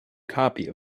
copy